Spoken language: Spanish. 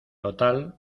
total